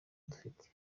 dufite